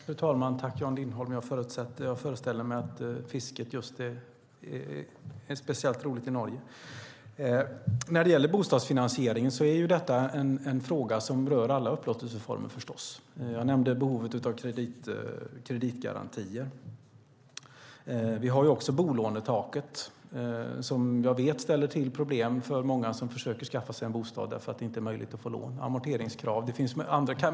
Fru talman! Jag föreställer mig att fisket är speciellt roligt i Norge! Bostadsfinansiering är en fråga som berör alla upplåtelseformer. Jag nämnde behovet av kreditgarantier. Jag vet att bolånetaket ställer till med problem för många som försöker att skaffa sig en bostad eftersom det inte är möjligt att få lån. Det finns amorteringskrav.